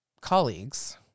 colleagues